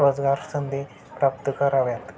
रोजगार संधी प्राप्त कराव्यात